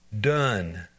done